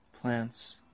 plants